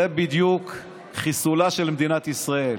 זה בדיוק חיסולה של מדינת ישראל.